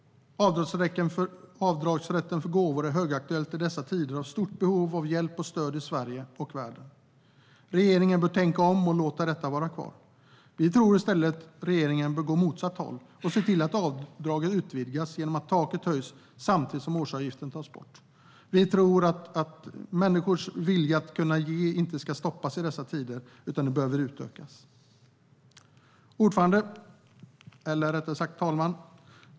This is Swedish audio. Avdragsrätten för gåvor är högaktuell i dessa tider av stort behov av hjälp och stöd i Sverige och världen. Regeringen bör tänka om och låta den vara kvar. Vi tycker i stället att regeringen bör gå åt motsatt håll och se till att avdraget utvidgas genom att taket höjs samtidigt som årsavgiften tas bort. Vi tycker att människors vilja att ge inte ska stoppas i dessa tidigare utan behöver utökas. Herr talman!